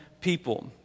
people